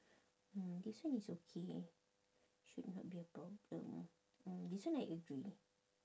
mm this one is okay should not be a problem mm this one I agree